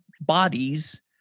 bodies